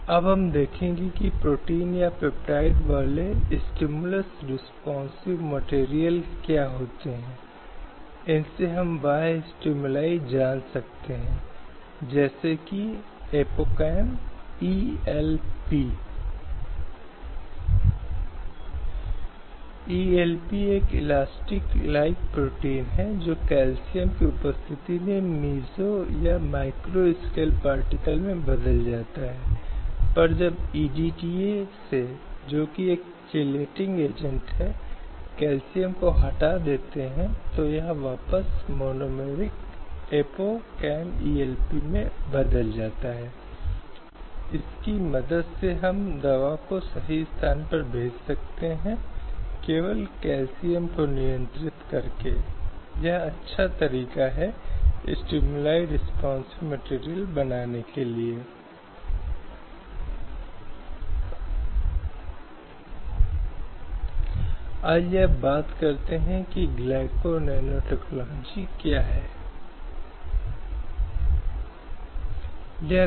चारू खुराना बनाम भारत संघ 2014 वह हाल के मामलों में से एक है जो वहाँ रहे हैं और इस महिला चारू खुराना को एक मेकअप आर्टिस्ट के रूप में federation of western India cine employees association की ओर से कार्ड देना चाहते थे ये कुछ खास तरह के एसोसिएशन हैं या संघ जो मौजूद है और जो किसी व्यक्ति को पंजीकृत करने और एक नौकरी जारी रखने के लिए आवश्यक अनुमति देता है चाहे वह एक हेयर स्टाइलिस्ट के रूप में हो या एक मेकअप कलाकार के रूप में